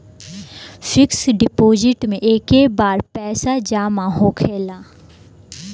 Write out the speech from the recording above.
fix deposit मे एके बार पैसा जामा होखेला